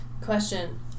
Question